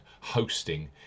hosting